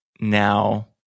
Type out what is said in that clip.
now